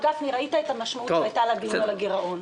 ראית את המשמעות שהייתה על הדיון על הגרעון.